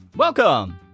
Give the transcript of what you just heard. Welcome